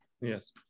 Yes